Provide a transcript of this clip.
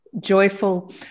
joyful